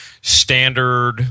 standard